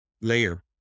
layer